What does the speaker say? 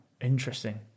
Interesting